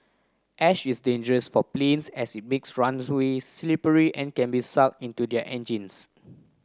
ash is dangerous for planes as it makes slippery and can be sucked into their engines